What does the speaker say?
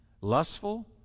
lustful